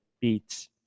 beats